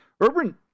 Urban